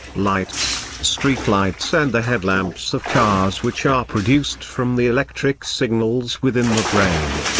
lights, streetlights and the headlamps of cars which are produced from the electric signals within the brain.